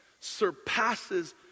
surpasses